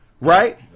Right